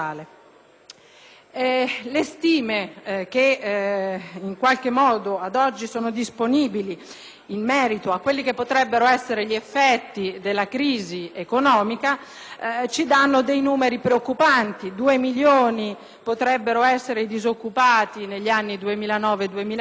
Le stime ad oggi disponibili in merito a quelli che potrebbero essere gli effetti della crisi economica riportano cifre preoccupanti: 2 milioni potrebbero essere i disoccupati negli anni 2009-2010,